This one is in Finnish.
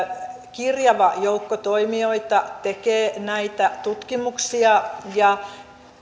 kirjava joukko toimijoita tekee näitä tutkimuksia ja